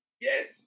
Yes